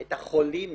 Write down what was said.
את החולים